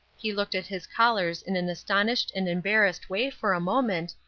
he looked at his callers in an astonished and embarrassed way for a moment,